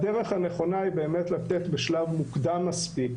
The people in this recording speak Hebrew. הדרך הנכונה היא לתת בשלב מוקדם מספיק,